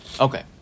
Okay